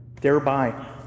thereby